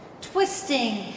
Twisting